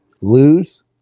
lose